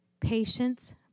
patience